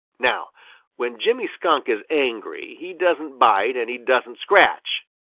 now when jimmy skunk is angry, he doesn't bite and he doesn't scratch.